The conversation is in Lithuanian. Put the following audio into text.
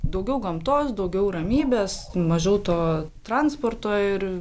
daugiau gamtos daugiau ramybės mažiau to transporto ir